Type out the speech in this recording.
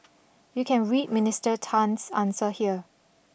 you can read Minister Tan's answer here